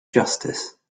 justice